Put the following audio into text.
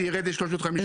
זה ירד ל-350.